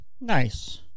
Nice